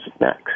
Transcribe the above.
next